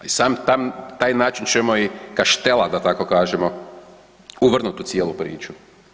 I sam taj, taj način ćemo i Kaštela da tako kažemo uvrnut u cijelu priču.